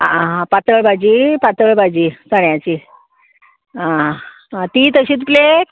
आं पातळ भाजी पातळ भाजी चण्याची आं ती तशीच प्लेट